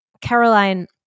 Caroline